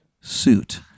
suit